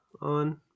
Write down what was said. on